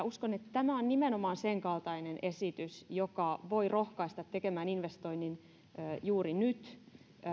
uskon että tämä on nimenomaan senkaltainen esitys joka voi rohkaista tekemään investoinnin juuri nyt